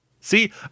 See